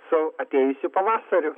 su atėjusiu pavasariu